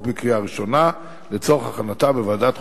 בקריאה הראשונה לצורך הכנתה בוועדת החוקה,